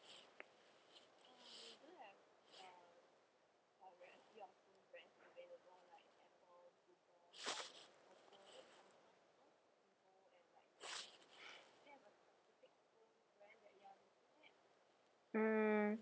mm